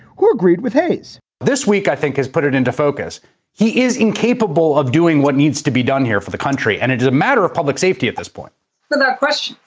who agreed with hayes this week, i think has put it into focus he is incapable of doing what needs to be done here for the country, and it is a matter of public safety at this point that question.